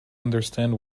understand